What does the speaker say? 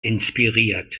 inspiriert